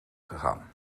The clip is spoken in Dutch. gegaan